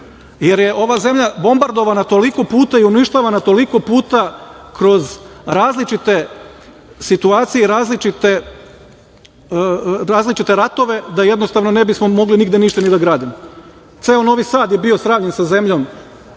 jer je ova zemlja bombardovana toliko puta i uništavana toliko puta kroz različite situacije i različite ratove, da jednostavno ne bismo mogli nigde ništa ni da gradimo. Ceo Novi Sad je bio sravnjen sa zemljom